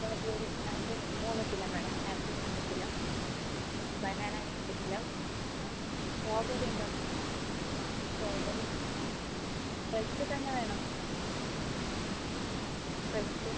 അപ്പോൾ അത് ഒരു അത് മൂന്ന് കിലോ വേണം ആപ്പിൾ മൂന്ന് കിലോ ബനാന രണ്ട് കിലോ ആ സ്ട്രോബെറി ഉണ്ടോ മാം സ്ട്രോബെറി ഫ്രഷ് തന്നെ വേണം ഫ്രഷ്